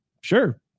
sure